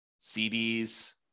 CDs